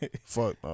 Fuck